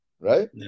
right